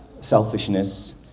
selfishness